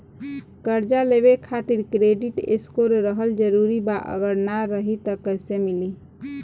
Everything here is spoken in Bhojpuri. कर्जा लेवे खातिर क्रेडिट स्कोर रहल जरूरी बा अगर ना रही त कैसे मिली?